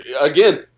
again